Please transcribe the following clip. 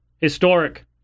historic